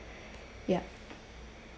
yup